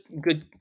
good